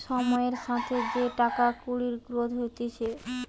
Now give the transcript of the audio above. সময়ের সাথে যে টাকা কুড়ির গ্রোথ হতিছে